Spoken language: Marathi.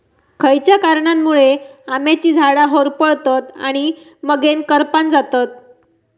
खयच्या कारणांमुळे आम्याची झाडा होरपळतत आणि मगेन करपान जातत?